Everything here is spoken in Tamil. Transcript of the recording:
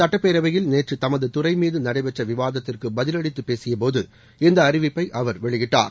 சுட்டப்பேரவையில் நேற்று தமது துறையின் மானியக்கோரிக்கை மீது நடைபெற்ற விவாதத்திற்கு பதிலளித்துப்பேசியபோது இந்த அறிவிப்பை அவர் வெளியிட்டார்